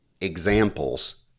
examples